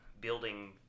building